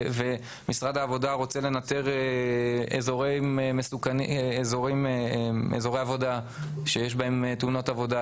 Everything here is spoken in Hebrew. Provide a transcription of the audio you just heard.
משרד העבודה רוצה לנטר אזורי עבודה שיש בהם תאונות עבודה,